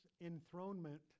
enthronement